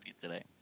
today